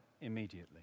immediately